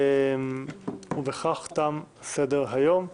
ובכך תם סדר היום.